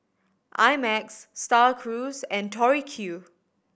I Max Star Cruise and Tori Q